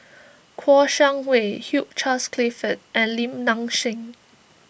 Kouo Shang Wei Hugh Charles Clifford and Lim Nang Seng